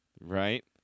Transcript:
Right